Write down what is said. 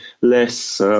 less